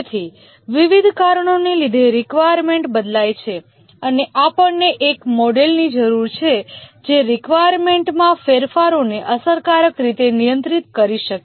તેથી વિવિધ કારણોને લીધે રેકવાયર્મેન્ટ બદલાય છે અને આપણને એક મોડેલની જરૂર છે જે રેકવાયર્મેન્ટમાં ફેરફારોને અસરકારક રીતે નિયંત્રિત કરી શકે